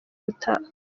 ubutaha